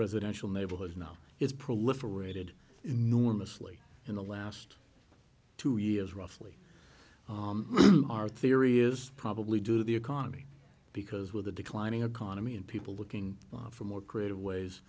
residential neighborhoods now is proliferated enormously in the last two years roughly our theory is probably due to the economy because with a declining economy and people looking for more creative ways